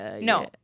No